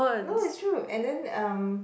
no it's true and then um